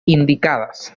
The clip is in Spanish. indicadas